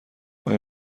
آیا